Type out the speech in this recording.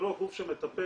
היא לא גוף שמטפל,